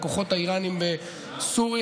לכוחות האיראנים בסוריה: